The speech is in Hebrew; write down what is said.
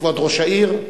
כבוד ראש העיר,